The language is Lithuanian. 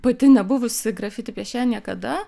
pati nebuvusi grafiti piešėja niekada